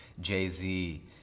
Jay-Z